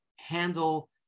handle